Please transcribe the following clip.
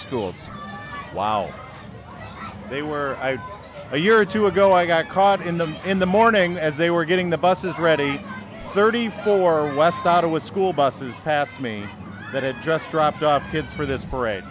schools while they were a year or two ago i got caught in them in the morning as they were getting the buses ready thirty four west started with school buses past me that had just dropped off kids for this